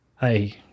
hey